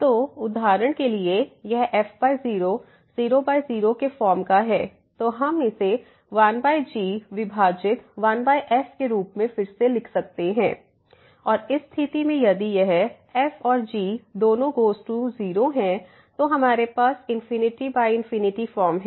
तो उदाहरण के लिए यह f0 00 के फॉर्म का है तो हम इसे 1g विभाजित 1f के रूप में फिर से लिख सकते हैं और इस स्थिति में यदि यह f और g दोनों गोज़ टू 0 हैं तो हमारे पास ∞∞ फॉर्म है